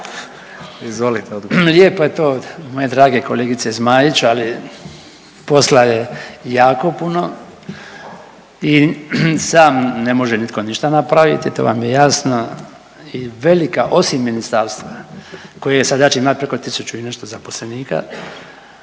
Lijepo je to od moje drage kolegice Zmaić, ali posla je jako puno i sam ne može nitko ništa napraviti to vam je jasno i velika osim ministarstva koje sada će imati preko tisuću i nešto zaposlenika,